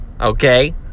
okay